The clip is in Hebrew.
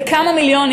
בכמה מיליונים,